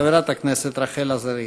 חברת הכנסת רחל עזריה.